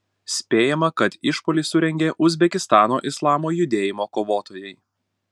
spėjama kad išpuolį surengė uzbekistano islamo judėjimo kovotojai